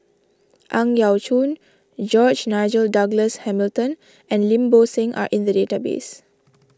Ang Yau Choon George Nigel Douglas Hamilton and Lim Bo Seng are in the database